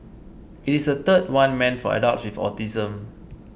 it is the third one meant for adults with autism